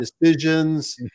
decisions